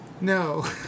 No